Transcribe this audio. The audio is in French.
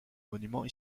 monuments